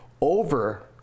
over